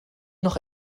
noch